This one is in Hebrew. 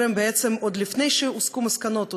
עוד לפני שהוסקו מסקנות,